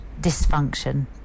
dysfunction